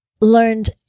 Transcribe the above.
learned